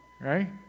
Right